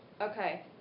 Okay